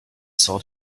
saw